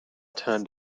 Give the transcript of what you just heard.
turned